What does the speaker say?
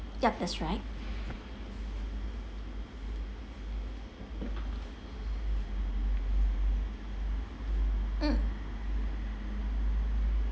yup that's right mm